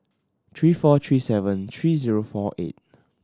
three four three seven three zero four eight